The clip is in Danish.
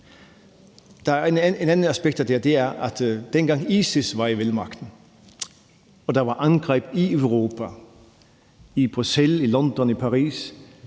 der er et andet aspekt af det her, og det er, at dengang ISIS havde sine velmagtsdage og der var angreb i Europa, i Bruxelles, i London og i Paris,